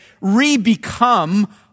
re-become